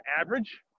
average